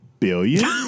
Billion